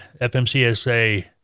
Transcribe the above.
FMCSA